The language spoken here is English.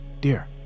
dear